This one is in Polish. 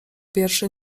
wierszy